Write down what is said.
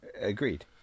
agreed